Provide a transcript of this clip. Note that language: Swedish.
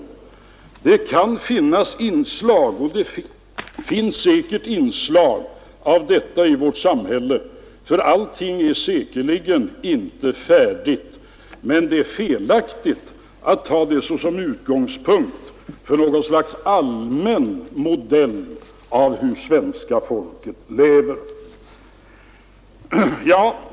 Det kan finnas, och finns säkert, inslag av detta i vårt samhälle — allting är säkerligen inte färdigt — men det är felaktigt att ta det som utgångspunkt för något slags allmän modell av hur svenska folket lever.